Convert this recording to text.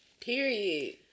Period